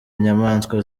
nyamaswa